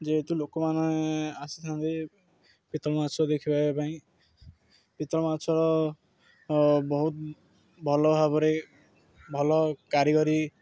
ଯେହେତୁ ଲୋକମାନେ ଆସିଥାନ୍ତି ପିତ ମାଛ ଦେଖିବା ପାଇଁ ପିତଳ ମାଛ ବହୁତ ଭଲ ଭାବରେ ଭଲ କାରିଗରୀ